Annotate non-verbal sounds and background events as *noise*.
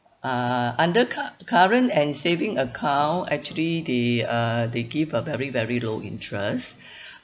uh under cur~ current and saving account actually they uh they give a very very low interest *breath*